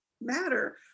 Matter